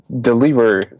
deliver